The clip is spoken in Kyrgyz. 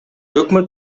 өкмөт